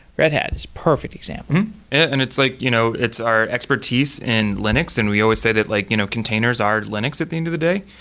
red hat is a perfect example and it's like you know it's our expertise in linux. and we always say that like you know containers are linux at the end of the day.